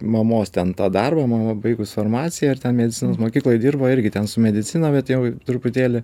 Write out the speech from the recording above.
mamos ten tą darbą mama baigus farmaciją ir ten medicinos mokykloj dirbo irgi ten su medicina bet jau truputėlį